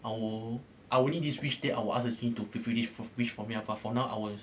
I wi~ I will only this wish then I will ask the genie to fulfil this this wish for me ah but for now I will